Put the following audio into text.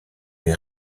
les